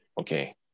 Okay